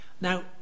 Now